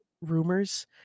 rumors